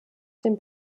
dem